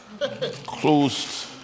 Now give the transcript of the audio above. closed